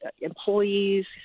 employees